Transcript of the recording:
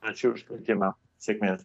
ačiū už kvietimą sėkmės